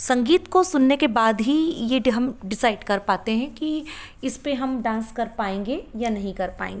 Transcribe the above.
संगीत को सुनने के बाद ही ये हम डिसाइड कर पाते हैं कि इसपे हम डांस कर पाएंगे या नहीं कर पाएंगे